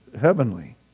heavenly